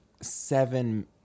seven